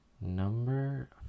Number